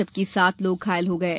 जबकि सात लोग घायल हो गये